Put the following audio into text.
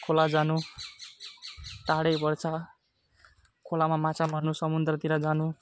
खोला जानु टाढै पर्छ खोलामा माछा मार्नु समुद्रतिर जानु